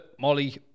Molly